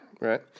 right